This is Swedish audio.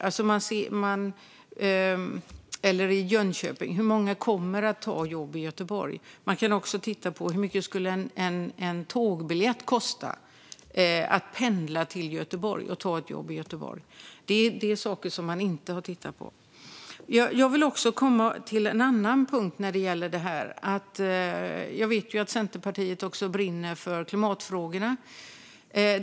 Hur många som bor i Jönköping kommer att ha jobb i Göteborg? Man kan också titta på hur mycket en tågbiljett skulle kosta och vad det skulle kosta att ha ett jobb i och pendla till Göteborg. Det är saker man inte har tittat på. En annan punkt när det gäller detta är att Centerpartiet också brinner för klimatfrågorna.